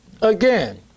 Again